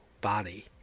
body